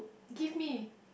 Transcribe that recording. give me